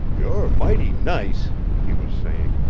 you're mighty nice! he was saying.